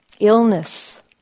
Illness